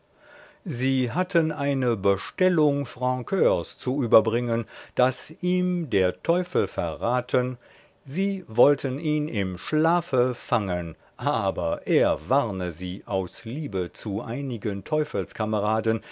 sie hatten eine bestellung francurs zu überbringen daß ihm der teufel verraten sie wollten ihn im schlafe fangen aber er warne sie aus liebe zu einigen